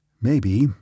Maybe